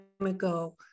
ago